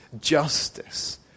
justice